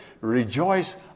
rejoice